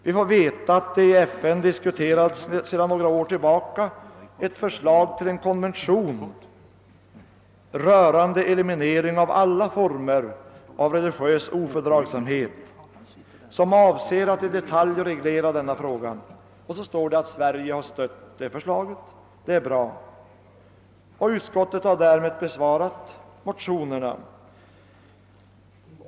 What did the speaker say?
Vi får veta att sedan någrå år tillbaka i FN diskuterats ett förslag till en konvention »rörande eliminering av alla former av religiös ofördragsamhet«, som avser att i detalj reglera denna fråga. Och så står det att Sverige har stött det förslaget. Det är bra. Och utskottet har därmed besvarat motionerna.